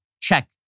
check